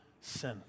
sin